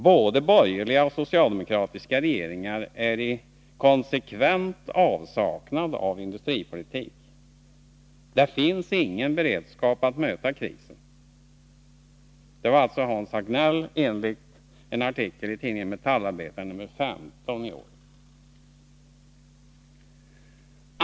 Både borgerliga och socialdemokratiska regeringar är i konsekvent avsaknad av industripolitik, det finns ingen beredskap att möta krisen.” Detta sade alltså Hans Hagnell enligt en artikel i tidningen Metallarbetaren nr 15 1983.